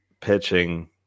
pitching